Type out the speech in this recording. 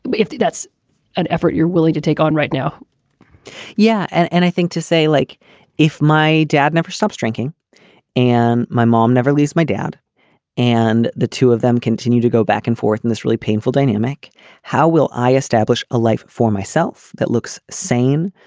but if that's an effort you're willing to take on right now yeah. and and i think to say like if my dad never stops drinking and my mom never leaves my dad and the two of them continue to go back and forth in this really painful dynamic how will i establish a life for myself that looks sane.